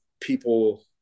people –